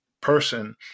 person